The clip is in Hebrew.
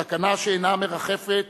סכנה שאינה מרחפת